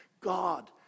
God